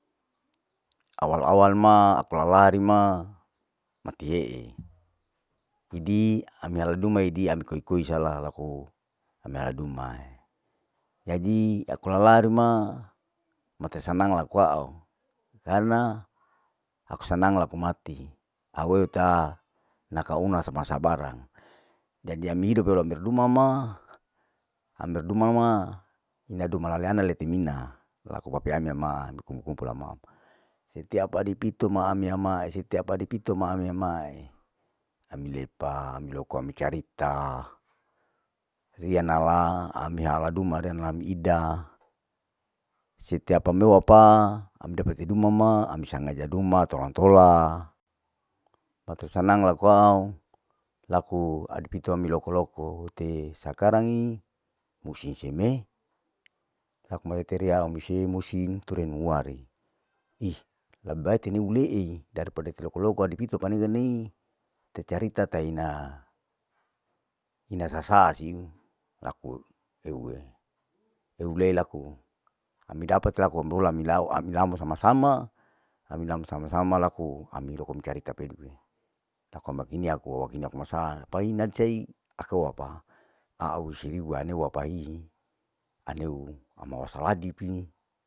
Awal awal ma aku lari ma mati hee hidi ami halal duma hidia ikoi koi sala laku ami halal dumae, jadi aku lalari ma matir sanang laku aau, karna kau sanag laku mati, au eu taa naka una sama sabarang jadi amir hidop orang berduma ma, amir duma ma ina duma laleana lete mina laku papeana ma ukumpul kumpul nama, setiap adi pito mahami amae, setiap adi pito mahami amae, ami lepa, ami loko, ami carita, riya nala ami hala duma reya nalae ida, setia ami emeu apa ami dapa iduma ma ami sangaja duma tolan tola, pata sanga laku aau laku adi pito mi loko loko tesakarai busi seme laku marete riau huse musim ture muari, ih lebe bae tene huleei dari pada iloko loko te adi pito pane henei, sei carita taina ina rasa siu, laku teue teule laku ami dapate laku ami ole milau ami lamo sama sama ami nam sama sama laku ami loko micarita peduke, laku wakini aku wakini aku masaa paina sei aku aupa au siriu waaneu waapii, aneu ama wasaladi pi.